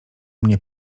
mnie